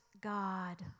God